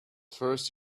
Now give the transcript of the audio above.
first